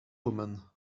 woman